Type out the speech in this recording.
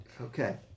Okay